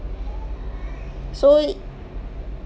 so